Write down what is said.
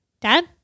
Dad